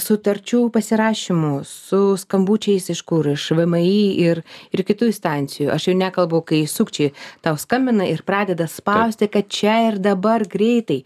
sutarčių pasirašymu su skambučiais iš kur iš vmi ir ir kitų instancijų aš jau nekalbu kai sukčiai tau skambina ir pradeda spausti kad čia ir dabar greitai